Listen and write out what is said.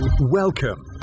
Welcome